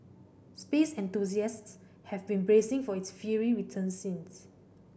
space enthusiasts have been bracing for its fiery return since